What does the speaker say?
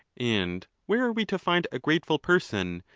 and where are we to find a grateful person,